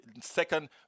second